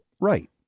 right